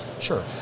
Sure